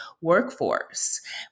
workforce